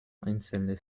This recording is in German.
einzelne